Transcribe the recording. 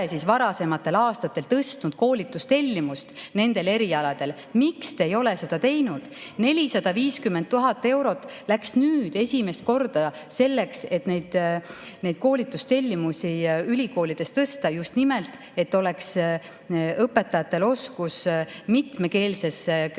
siis varasematel aastatel suurendanud koolitustellimust nendel erialadel? Miks te ei ole seda teinud? 450 000 eurot läks nüüd esimest korda selleks, et neid koolitustellimusi ülikoolides suurendada, just nimelt, et oleks õpetajatel oskus mitmekeelses klassiruumis